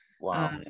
Wow